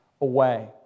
away